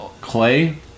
clay